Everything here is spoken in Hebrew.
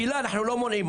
לא מונעים.